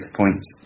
points